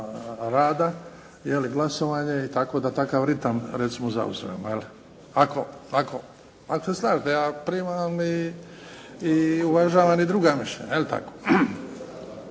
je li glasovanje i tako da takav ritam recimo zauzmemo. Ako se slažete, ja primam i uvažavam i druga mišljenja.